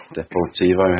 Deportivo